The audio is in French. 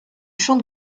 champ